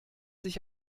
sich